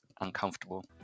uncomfortable